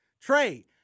Trey